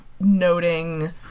noting